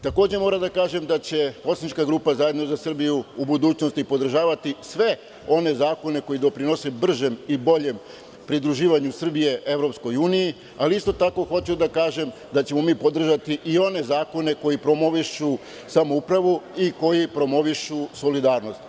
Takođe moram da kažem da će poslanička grupa ZZS u budućnosti podržavati sve one zakone koji doprinose bržem i boljem pridruživanju Srbije EU, ali isto tako hoću da kažem da ćemo podržati i one zakone koji promovišu samoupravu i koji promovišu solidarnost.